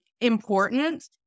important